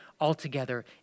altogether